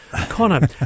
Connor